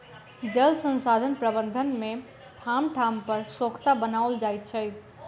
जल संसाधन प्रबंधन मे ठाम ठाम पर सोंखता बनाओल जाइत छै